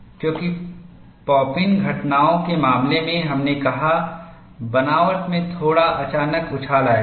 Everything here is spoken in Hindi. क्योंकि पॉप इन घटनाओं के मामले में हमने कहा बनावट में थोड़ा अचानक उछाल आएगा